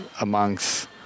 amongst